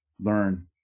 learn